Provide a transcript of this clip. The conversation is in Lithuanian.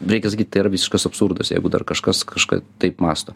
reikia sakyt tai yra visiškas absurdas jeigu dar kažkas kažką taip mąsto